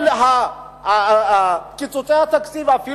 כל קיצוצי התקציב של